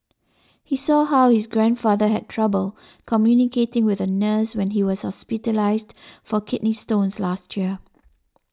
he saw how his grandfather had trouble communicating with a nurse when he was hospitalised for kidney stones last year